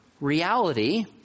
reality